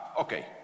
Okay